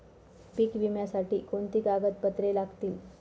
पीक विम्यासाठी कोणती कागदपत्रे लागतील?